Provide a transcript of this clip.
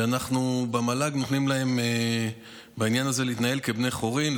ואנחנו במל"ג נותנים להם בעניין הזה להתנהל כבני חורין,